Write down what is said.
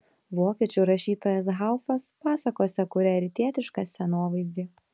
vokiečių rašytojas haufas pasakose kuria rytietišką scenovaizdį